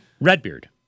Redbeard